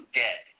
dead